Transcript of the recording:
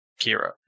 Kira